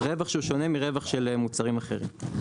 רווח שהוא שונה מרווח של מוצרים אחרים.